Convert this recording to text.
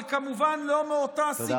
אבל כמובן לא מאותה הסיבה.